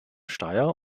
steyr